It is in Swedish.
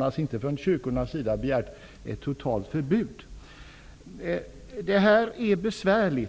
i kyrkolag. Från kyrkornas sida har man således inte begärt ett totalt förbud. Frågan är besvärlig.